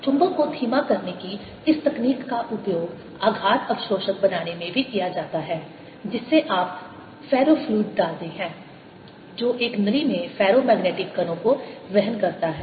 चुंबक को धीमा करने की इस तकनीक का उपयोग आघात अवशोषक बनाने में भी किया जाता है जिससे आप फेरोफ्लुइड डालते हैं जो एक नली में फेरोमैग्नेटिक कणों को वहन करता है